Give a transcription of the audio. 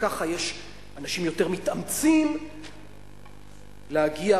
וככה אנשים יותר מתאמצים להגיע,